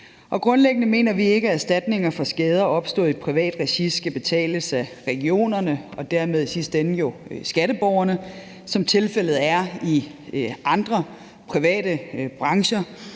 Grundlæggende mener vi ikke, at erstatninger for skader opstået i privat regi skal betales af regionerne og dermed i sidste ende af skatteborgerne. Som tilfældet er i andre private brancher,